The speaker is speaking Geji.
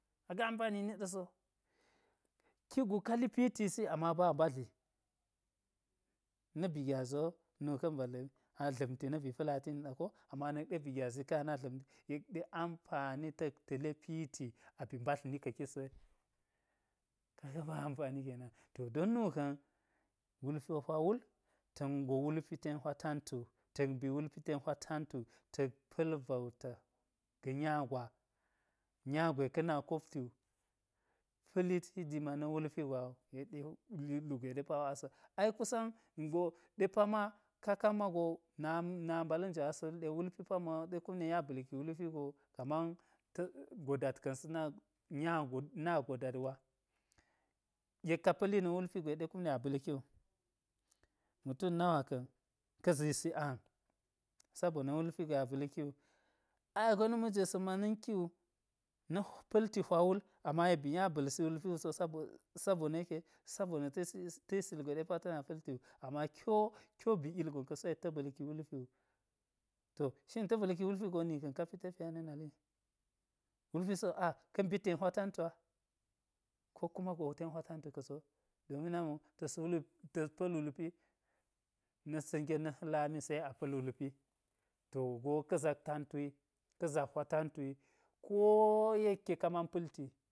ga ampa ni ɗa̱ so, kik gu ka li pitisi amaba mbadli, na̱ bi gyazi wo nuka̱n ba dla̱mi, a dla̱mti na̱ bi pa̱lati niɗa ko, ama na̱k ɗe bi gyazi ka̱n a na dla̱mt, yek ɗe ampani ta̱k ta̱le piti a ba̱ mbadi ni ka̱ ki so ye, ka ga ba ampani kenar to don nuka̱n, wulpi wo nwa wul ta̱n ngo wulpi ten hwa tantu, ta̱k mbi wulpi ten hwa tantu, ta̱k pa̱l bauta ga nya gwa, nya gwe ka̱ na kopti wu, pa̱lit hidima na̱ wulpi gwa wu, yek ɗe hgwe ɗe pawo, asa̱ ai kusan, ningo ɗe pama ka kan mago, na mbala̱n jwe asa̱ wuli ɗe wulpi panmawo ɗe kum ɗe nya ba̱lkigo, kaman ta̱ godat ka̱n. sa̱ nya na godat gwa. yek ka̱ pa̱li na̱ wulpi gwe ɗe kume a ba̱lki wu mutum nawa ka̱n ka̱ zisi ana̱ sabona̱ wulpi gwe a ba̱lki wu, ai akwa ai na̱ majeve sa̱ mana̱nki wu na̱ pa̱lti hwa wul ama yek ba̱ nya ba̱lsi wulpi wo, sabona̱ sabona̱ yeke sabona̱ ta̱s yis ugwe ɗe pa ta̱ na pa̱lti wu ama ki wo, ki wo ba̱ ilgon ka̱so yek ta̱ ba̱lki wulpi wu to shin ta balki wulpi go ni ka̱n ka pi tafiya na̱ naliyi, wulpisi wo a ka̱ mbi ten hwa tantu'a, ko kuma go ten hwa tantu ka̱so, domin namiwo tas wul, ta̱s pa̱l wulpi, na̱sa̱ nge na̱ sa̱ lami se a pa̱l wulpi, to go ka̱ zak tantu wi, ka zak hwa tantu wi, ko yekke ka man palti.